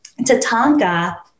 Tatanka